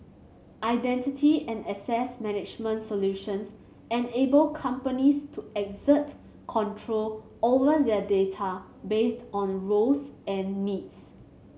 identity and access management solutions enable companies to exert control over their data based on roles and needs